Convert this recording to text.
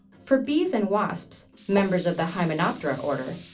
for bees and wasps, members of the hymenoptera order,